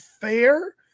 fair